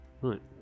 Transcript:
right